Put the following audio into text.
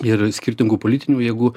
ir skirtingų politinių jėgų